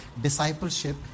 discipleship